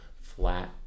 flat